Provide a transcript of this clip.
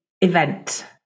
event